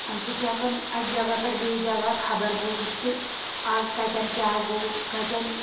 اَمہِ سۭتۍ چھُ ہٮ۪کان اَکہِ جگہہ پٮ۪ٹھ بیٚیِس جگہہ خبر بوٗزِتھ کہِ آز کَتیٚن کیٚاہ گوٚو کتیٚن